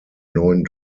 neuen